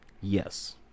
yes